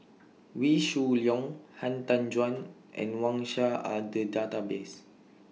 Wee Shoo Leong Han Tan Juan and Wang Sha Are Data Base